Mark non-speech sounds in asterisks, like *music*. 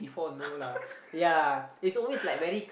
*laughs*